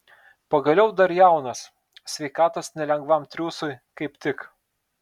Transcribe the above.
pagaliau dar jaunas sveikatos nelengvam triūsui kaip tik